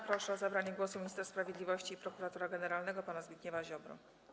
Proszę o zabranie głosu ministra sprawiedliwości prokuratora generalnego pana Zbigniewa Ziobrę.